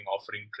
offering